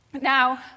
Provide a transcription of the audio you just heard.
Now